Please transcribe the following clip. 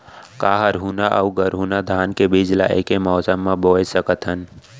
का हरहुना अऊ गरहुना धान के बीज ला ऐके मौसम मा बोए सकथन?